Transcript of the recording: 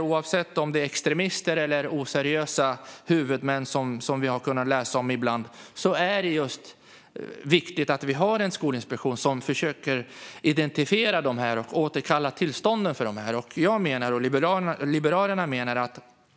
Oavsett om det är extremister eller oseriösa huvudmän, som vi har kunnat läsa om ibland, är det viktigt att vi har en skolinspektion som försöker identifiera dem och återkalla deras tillstånd.